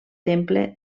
temple